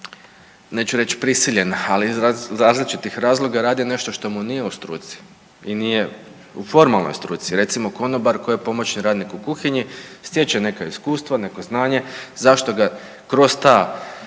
neću reć prisiljen, ali iz različitih razloga radi nešto što mu nije u struci i nije u formalnoj struci, recimo konobar koji je pomoćni radnik u kuhinji stječe neka iskustva, neko znanje zašto ga kroz ta